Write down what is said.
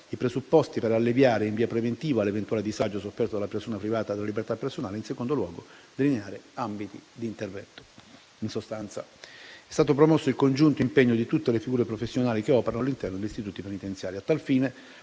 i presupposti per alleviare, in via preventiva, l'eventuale disagio sofferto dalla persona privata della libertà personale e, in secondo luogo, delineare ambiti di intervento. È stato promosso il congiunto impegno di tutte le figure professionali che operano all'interno degli istituti penitenziari.